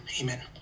amen